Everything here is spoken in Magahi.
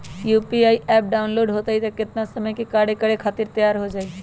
यू.पी.आई एप्प डाउनलोड होई त कितना समय मे कार्य करे खातीर तैयार हो जाई?